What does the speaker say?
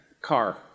Car